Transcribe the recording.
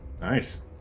Nice